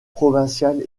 provincial